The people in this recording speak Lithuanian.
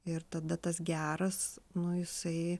ir tada tas geras nu jisai